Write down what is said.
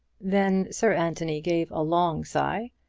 then sir anthony gave a long sigh,